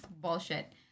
bullshit